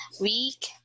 week